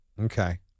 Okay